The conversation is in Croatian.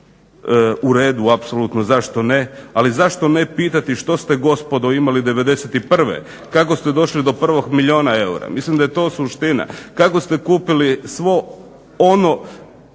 U redu apsolutno, zašto ne, ali zašto ne pitati što ste gospodo imali '91.? Kako ste došli do prvog milijuna eura? Mislim da je to suština. Kako ste kupili svo ono